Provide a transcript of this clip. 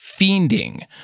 fiending